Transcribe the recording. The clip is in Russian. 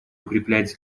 укреплять